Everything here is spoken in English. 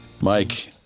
Mike